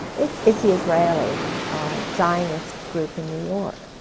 it's it's the israeli zionist group in new york